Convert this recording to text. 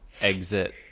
exit